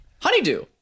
honeydew